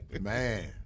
Man